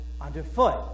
underfoot